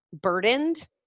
burdened